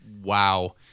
wow